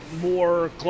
more